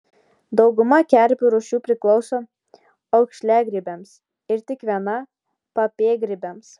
dauguma kerpių rūšių priklauso aukšliagrybiams ir tik viena papėdgrybiams